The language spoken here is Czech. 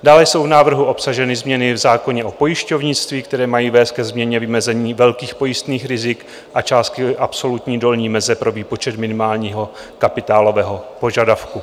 Dále jsou v návrhu obsaženy změny v zákoně o pojišťovnictví, které mají vést ke změně vymezení velkých pojistných rizik a částky absolutní dolní meze pro výpočet minimálního kapitálového požadavku.